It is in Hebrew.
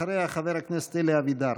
אחריה, חבר הכנסת אלי אבידר.